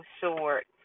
short